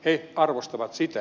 he arvostavat sitä